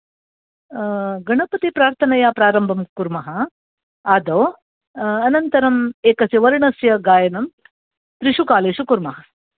गणपतिप्रार्थनया प्रारम्भं कुर्मः आदौ अनन्तरं एकस्य वर्णस्य गायनं त्रिषु कालेषु कुर्मः